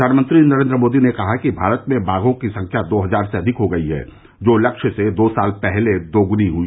प्रधानमन्त्री नरेन्द्र मोदी ने कहा कि भारत मे बाघों की संख्या दो हजार से अधिक हो गई है जो लक्ष्य से दो साल पहले दो गुनी हो गई